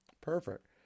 Perfect